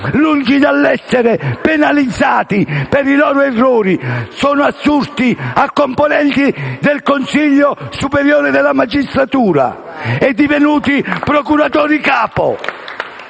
lungi dall'essere penalizzati per i loro errori, sono assurti a componenti del Consiglio superiore della magistratura e divenuti procuratori capo.